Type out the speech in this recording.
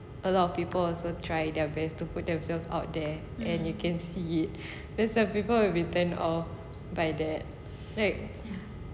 a lot of people also try their best to put themselves out there and you can see there's some people will be turned off by that right